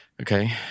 Okay